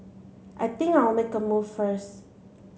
I think I'll make a move first